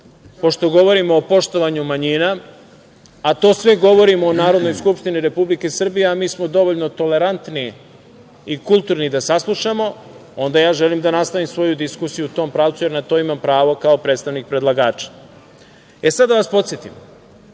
pošto govorimo o poštovanju manjina, a to sve govorimo u Narodnoj skupštini Republike Srbije, a mi smo dovoljno tolerantni i kulturni da saslušamo, onda ja želim da nastavim svoju diskusiju u tom pravcu, jer na to imam pravo kao predstavnik predlagača. Sada, da vas podsetim,